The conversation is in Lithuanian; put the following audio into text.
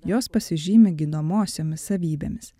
jos pasižymi gydomosiomis savybėmis